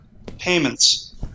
payments